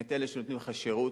את אלה שנותנים לך שירות.